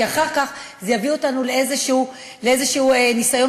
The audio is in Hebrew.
כי אחר כך זה יביא אותנו לאיזשהו ניסיון